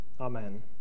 Amen